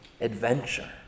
adventure